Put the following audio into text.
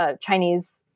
Chinese